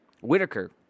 Whitaker